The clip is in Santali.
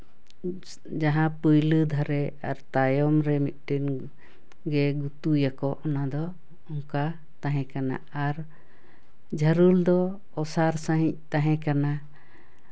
ᱡᱟᱦᱟᱸ ᱯᱟᱹᱭᱞᱟᱹ ᱫᱷᱟᱨᱮ ᱟᱨ ᱛᱟᱭᱚᱢ ᱨᱮ ᱢᱤᱫᱴᱤᱱ ᱜᱮ ᱜᱩᱛᱩᱭᱟᱠᱚ ᱚᱱᱟ ᱫᱚ ᱚᱱᱠᱟ ᱛᱟᱦᱮᱸ ᱠᱟᱱᱟ ᱟᱨ ᱡᱷᱟᱹᱨᱩᱞ ᱫᱚ ᱚᱥᱟᱨ ᱥᱟᱹᱦᱤᱡ ᱛᱟᱦᱮᱸ ᱠᱟᱱᱟ